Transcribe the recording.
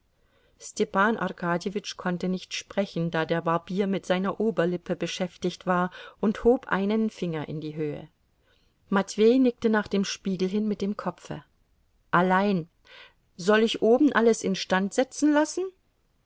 arkadjewitsch konnte nicht sprechen da der barbier mit seiner oberlippe beschäftigt war und hob einen finger in die höhe matwei nickte nach dem spiegel hin mit dem kopfe allein soll ich oben alles instand setzen lassen